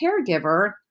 caregiver